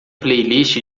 playlist